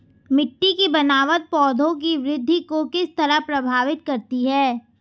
मिटटी की बनावट पौधों की वृद्धि को किस तरह प्रभावित करती है?